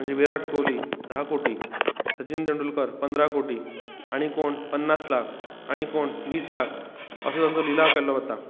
विराट कोली धा कोटी सचिन तेंडूलकर पंदरा कोटी आनी कोण पन्नास लाख आनी कोण वीस लाख असो तेंचो निलाम केल्लो वता